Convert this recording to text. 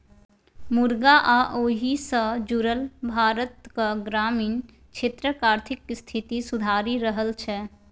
मुरगा आ ओहि सँ जुरल भारतक ग्रामीण क्षेत्रक आर्थिक स्थिति सुधरि रहल छै